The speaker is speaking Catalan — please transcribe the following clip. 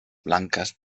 blanques